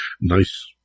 Nice